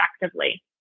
effectively